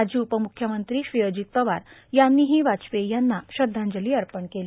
माजी उपम्ख्यमंत्री अजित पवार यांनीहो वाजपेयी यांना श्रद्वांजली अपण केली